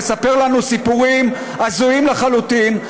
לספר לנו סיפורים הזויים לחלוטין.